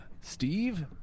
Steve